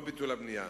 לא ביטול הבנייה,